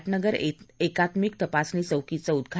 ज्ञगर एकात्मिक तपासणी चौकीचं उद्वा